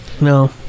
no